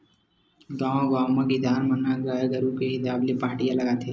गाँव गाँव म किसान मन ह गाय गरु के हिसाब ले पहाटिया लगाथे